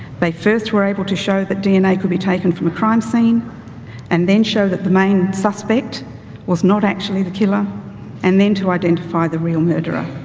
they first were able to show that dna could be taken from a crime scene and then show that the main suspect was not actually the killer and then to identify the real murderer.